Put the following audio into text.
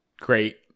Great